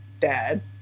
dad